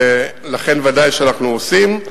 ולכן ודאי שאנחנו עושים,